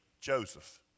Joseph